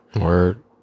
Word